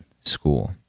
school